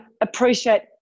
appreciate